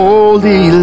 Holy